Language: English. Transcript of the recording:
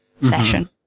session